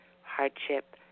hardship